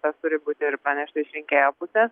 tas turi būti ir panešta iš rinkėjo pusės